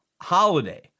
holiday